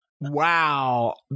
Wow